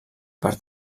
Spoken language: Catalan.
per